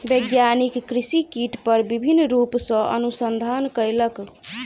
वैज्ञानिक कृषि कीट पर विभिन्न रूप सॅ अनुसंधान कयलक